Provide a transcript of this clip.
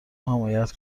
حمایت